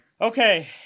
Okay